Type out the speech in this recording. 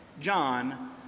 John